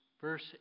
Verse